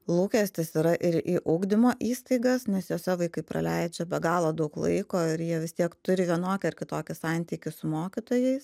lūkestis yra ir į ugdymo įstaigas nes jose vaikai praleidžia be galo daug laiko ir jie vis tiek turi vienokį ar kitokį santykį su mokytojais